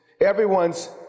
everyone's